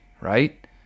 right